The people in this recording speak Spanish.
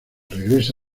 regresa